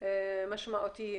פערים משמעותיים.